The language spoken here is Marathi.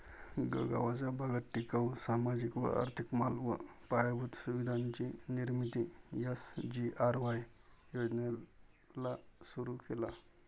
गगावाचा भागात टिकाऊ, सामाजिक व आर्थिक माल व पायाभूत सुविधांची निर्मिती एस.जी.आर.वाय योजनेला सुरु केला